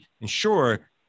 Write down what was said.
ensure